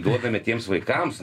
duodame tiems vaikams